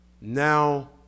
now